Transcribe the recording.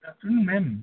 good afternoon ma'am